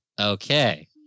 Okay